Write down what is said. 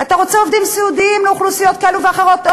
אתה רוצה עובדים סיעודיים לאוכלוסיות כאלו ואחרות?